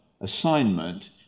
assignment